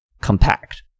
compact